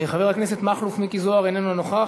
חבר הכנסת מכלוף מיקי זוהר, איננו נוכח.